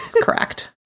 Correct